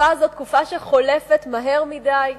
זו תקופה שחולפת מהר מדי,